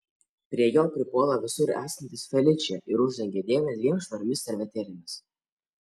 prie jo pripuola visur esantis feličė ir uždengia dėmę dviem švariomis servetėlėmis